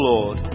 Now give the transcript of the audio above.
Lord